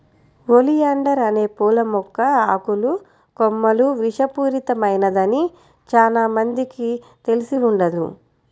oleander అనే పూల మొక్క ఆకులు, కొమ్మలు విషపూరితమైనదని చానా మందికి తెలిసి ఉండదు